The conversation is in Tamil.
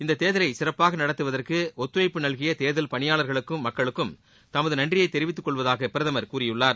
இந்த தேர்தலை சிறப்பாக நடத்துவதற்கு ஒத்துழைப்பு நல்கிய தேர்தல் பணியாளர்களுக்கும் மக்களுக்கும் தமது நன்றியை தெரிவித்து கொள்வதாக பிரதமர் கூறியுள்ளார்